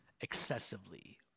excessively